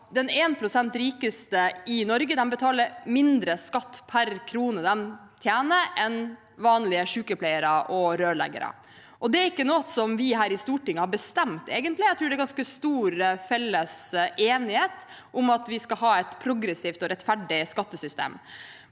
prosent rikeste i Norge betaler mindre skatt per krone de tjener, enn vanlige sykepleiere og rørleggere. Det er ikke noe som vi her i Stortinget har bestemt: jeg tror det er en ganske stor felles enighet om at vi skal ha et progressivt og rettferdig skattesystem.